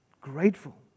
grateful